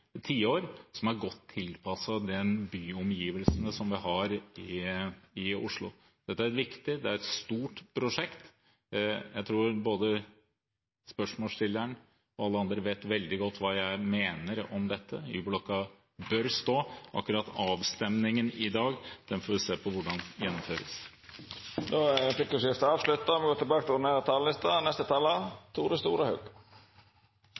tiår – og som er godt tilpasset de byomgivelsene vi har i Oslo. Dette er et viktig og stort prosjekt. Jeg tror både spørsmålsstilleren og alle andre veldig godt vet hva jeg mener om dette – Y-blokka bør stå. Akkurat når det gjelder avstemningen i dag, får vi se hvordan den gjennomføres. Replikkordskiftet er avslutta. Å gå tilbake og sjå på kva som blei sagt og